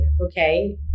okay